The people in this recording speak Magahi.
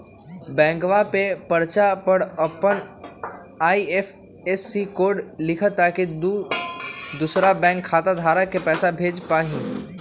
बैंकवा के पर्चा पर अपन आई.एफ.एस.सी कोड लिखा ताकि तु दुसरा बैंक खाता धारक के पैसा भेज पा हीं